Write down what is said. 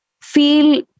feel